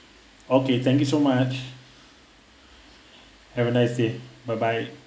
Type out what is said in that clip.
okay thank you so much have a nice day bye bye